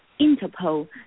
Interpol